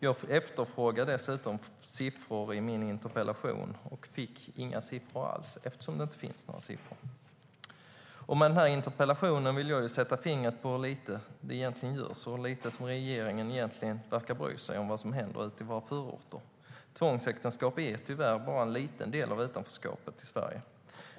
Jag efterfrågade dessutom siffror i min interpellation och fick inga alls eftersom det inte finns några siffror. Med den här interpellationen vill jag sätta fingret på hur lite det egentligen görs och hur lite som regeringen verkar bry sig om vad som händer ute i våra förorter. Tvångsäktenskap är tyvärr bara en liten del av utanförskapet i Sverige.